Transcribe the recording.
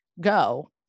Go